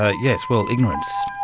ah yes. well, ignorance,